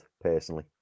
personally